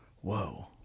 Whoa